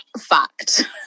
fact